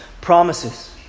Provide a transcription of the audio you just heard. promises